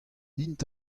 int